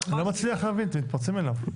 אני לא מצליח להבין, אתם מתפרצים אליו.